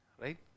right